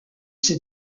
ses